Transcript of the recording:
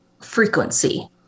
frequency